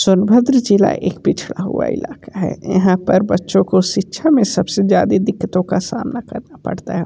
सोनभद्र जिला एक पिछड़ा हुआ इलाका है यहाँ पर बच्चों को शिक्षा में सबसे ज़्यादा दिक्कतों का सामना करना पड़ता है